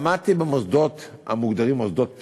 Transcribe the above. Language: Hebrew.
למדתי במוסדות המוגדרים מוסדות פטור.